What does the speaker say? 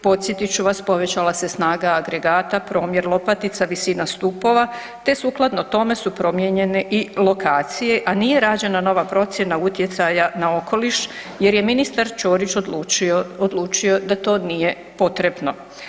Podsjetit ću vas povećala se snaga agregata, promjer lopatica, visina stupova te sukladno tome su promijenjene i lokacije, a nije rađena nova procjena utjecaja na okoliš jer je ministar Ćorić odlučio da to nije potrebno.